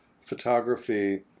photography